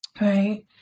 Right